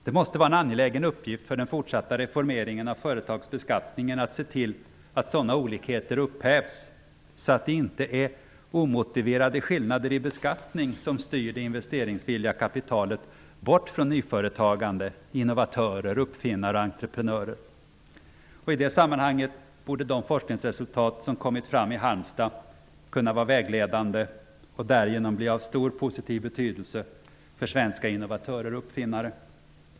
Det måste vara en angelägen uppgift för den fortsatta reformeringen av företagsbeskattningen att se till att sådana olikheter upphävs, så att det inte är omotiverade skillnader i beskattning som styr det investeringsvilliga kapitalet bort från nyföretagande, innovatörer, uppfinnare och entreprenörer. I det sammanhanget borde de forskningsresultat som kommit fram i Halmstad kunna vara vägledande och därigenom bli av stor positiv betydelse för svenska innovatörer och uppfinnare.